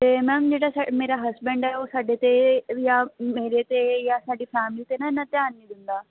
ਅਤੇ ਮੈਮ ਜਿਹੜਾ ਸਾ ਮੇਰਾ ਹਸਬੈਂਡ ਹੈ ਉਹ ਸਾਡੇ 'ਤੇ ਜਾਂ ਮੇਰੇ 'ਤੇ ਜਾਂ ਸਾਡੀ ਫੈਮਿਲੀ 'ਤੇ ਨਾ ਇੰਨਾਂ ਧਿਆਨ ਨਹੀਂ ਦਿੰਦਾ